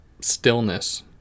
stillness